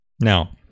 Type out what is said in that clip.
Now